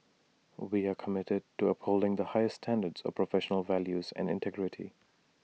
we are committed to upholding the highest standards of professional values and integrity